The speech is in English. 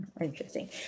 Interesting